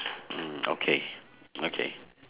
mm okay okay